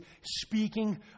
speaking